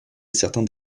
certains